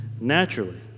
naturally